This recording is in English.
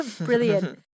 Brilliant